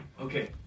Okay